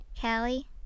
Callie